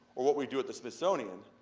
or what we do at the smithsonian.